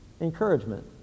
encouragement